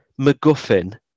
MacGuffin